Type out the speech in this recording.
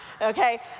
okay